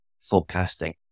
forecasting